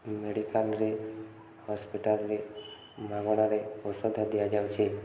ମେଡ଼ିକାଲରେ ହସ୍ପିଟାଲରେ ମାଗଣାରେ ଔଷଧ ଦିଆଯାଉଛି